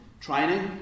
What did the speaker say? training